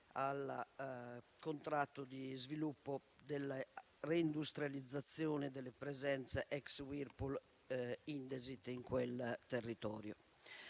al contratto di sviluppo per la reindustrializzazione delle presenze ex Whirpool-Indesit in quel territorio.